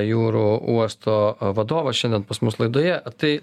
jūrų uosto vadovas šiandien pas mus laidoje tai